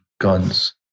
guns